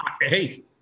hey